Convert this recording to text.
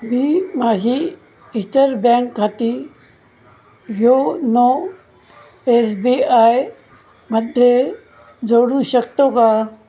मी माझी इतर बँक खाती योनो एस बी आय मध्ये जोडू शकतो का